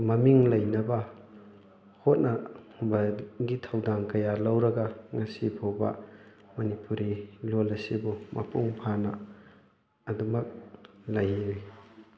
ꯃꯃꯤꯡ ꯂꯩꯅꯕ ꯍꯣꯠꯅꯕꯒꯤ ꯊꯧꯗꯥꯡ ꯀꯌꯥ ꯂꯧꯔꯒ ꯉꯁꯤꯐꯥꯎꯕ ꯃꯅꯤꯄꯨꯔꯤ ꯂꯣꯜ ꯑꯁꯤꯕꯨ ꯃꯄꯨꯡ ꯐꯥꯅ ꯑꯗꯨꯃꯛ ꯂꯩꯔꯤ